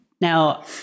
Now